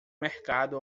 mercado